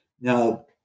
Now